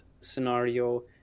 scenario